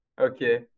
Okay